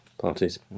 parties